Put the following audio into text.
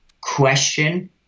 question